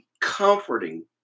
comforting